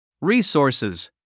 Resources